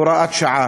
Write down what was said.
הוראת שעה,